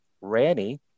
Ranny